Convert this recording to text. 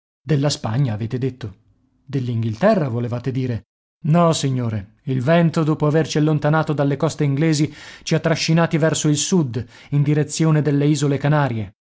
della spagna avete detto dell'inghilterra volevate dire no signore il vento dopo averci allontanato dalle coste inglesi ci ha trascinati verso il sud in direzione delle isole canarie